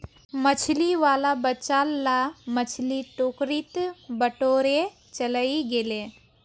मछली वाला बचाल ला मछली टोकरीत बटोरे चलइ गेले